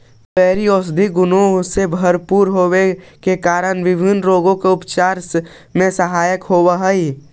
blueberry औषधीय गुणों से भरपूर होवे के कारण विभिन्न रोगों के उपचार में सहायक होव हई